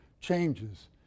changes